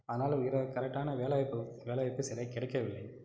ஆனாலும் வீர கரெக்டான வேலைவாய்ப்பு வேலைவாய்ப்பு சில கிடைக்கவில்லை